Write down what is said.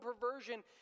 perversion